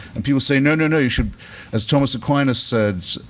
and people say no, no, no, you should as thomas aquinas said,